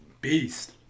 beast